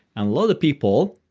and lot of people,